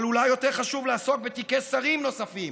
אבל אולי יותר חשוב לעסוק בתיקי שרים נוספים: